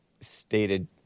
stated